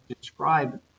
describe